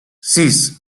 sis